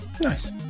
Nice